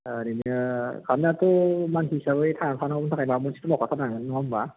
ओरैनो खालामनायाथ' मानसि हिसाबै थांना थांनांगौनि थाखाय माबा मोनसेथ' मावखाथारनांगोन नङा होनबा